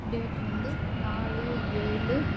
date வந்து நாலு ஏழு